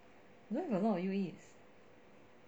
I don't have a lot of u_es